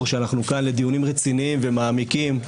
שאנחנו כאן לדיונים רציניים ומעמיקים.